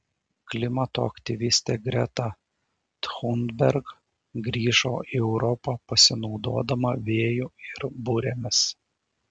klimato aktyvistė greta thunberg grįžo į europą pasinaudodama vėju ir burėmis